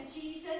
Jesus